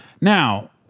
Now